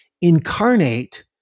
incarnate